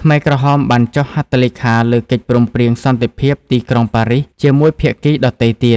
ខ្មែរក្រហមបានចុះហត្ថលេខាលើកិច្ចព្រមព្រៀងសន្តិភាពទីក្រុងប៉ារីសជាមួយភាគីដទៃទៀត។